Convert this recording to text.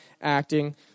acting